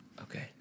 Okay